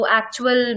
actual